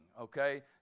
Okay